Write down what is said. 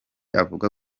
avuga